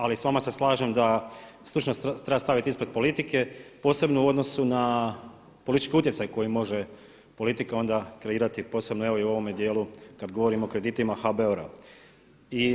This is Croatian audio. Ali s vama se slažem da stručnost treba staviti ispred politike posebno u odnosu na politički utjecaj koji može politika onda kreirati posebno evo i u ovome djelu kad govorimo o kreditima HBOR-a.